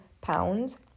pounds